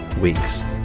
weeks